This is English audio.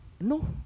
No